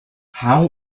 how